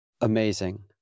Amazing